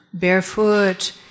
barefoot